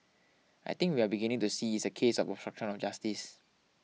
I think we are beginning to see is a case of obstruction of justice